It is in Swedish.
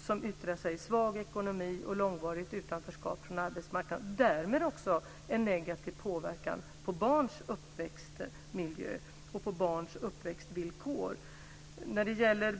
som yttrar sig i svag ekonomi och långvarig bortovaro från arbetsmarknaden och som därmed påverkar barns uppväxtmiljö och uppväxtvillkor negativt.